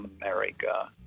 America